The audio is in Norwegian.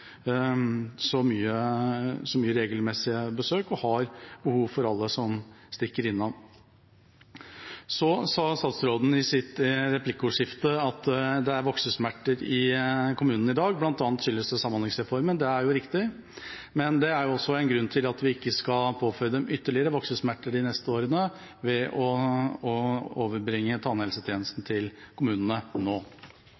så mye regelmessig besøk og har behov for alle som stikker innom. Så sa statsråden i replikkordskiftet at det er voksesmerter i kommunene i dag, og at det bl.a. skyldes samhandlingsreformen. Det er riktig. Det er også en grunn til at vi ikke skal påføre dem ytterligere voksesmerter de neste årene ved å